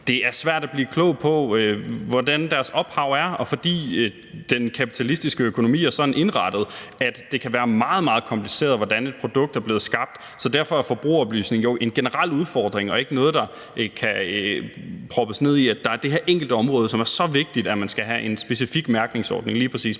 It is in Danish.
det er svært at blive klog på deres oprindelse, og fordi den kapitalistiske økonomi er sådan indrettet, at det kan være meget, meget kompliceret, hvordan et produkt er blevet skabt. Derfor er forbrugeroplysning jo en generel udfordring og ikke noget, der kan indsnævres til, at der er det her enkelte område, som er så vigtigt, at man skal have en specifik mærkningsordning lige præcis